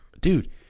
Dude